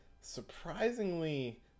surprisingly